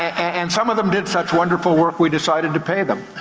and some of them did such wonderful work we decided to pay them.